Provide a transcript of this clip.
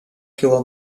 kilo